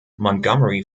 montgomery